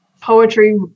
poetry